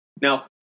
Now